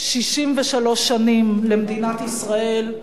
63 שנים למדינת ישראל,